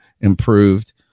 improved